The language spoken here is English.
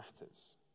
matters